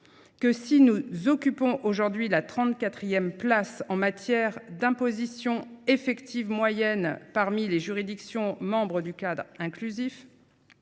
que si nous occupons aujourd’hui la trente quatrième place en matière d’imposition effective moyenne parmi les juridictions membres du Cadre inclusif,